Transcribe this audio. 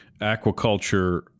aquaculture